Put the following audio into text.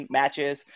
matches